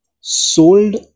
sold